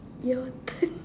your turn